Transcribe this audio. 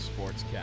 Sportscast